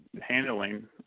handling